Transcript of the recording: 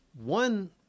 one